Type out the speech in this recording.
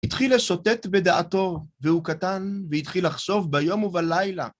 התחיל לשוטט בדעתו, והוא קטן, והתחיל לחשוב ביום ובלילה.